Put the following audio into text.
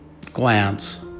glance